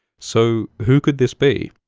so who could this be?